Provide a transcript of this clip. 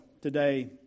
today